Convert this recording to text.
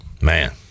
Man